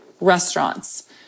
restaurants